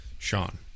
Sean